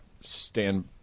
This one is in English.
stand